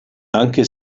anche